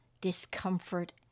discomfort